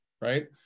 right